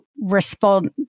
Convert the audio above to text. respond